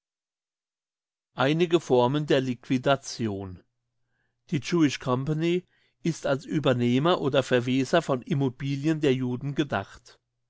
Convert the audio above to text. einige formen der liquidation die jewish company ist als uebernehmer oder verweser von immobilien der juden gedacht